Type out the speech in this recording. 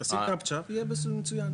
תשים קפצ'ה, יהיה מצוין.